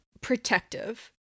protective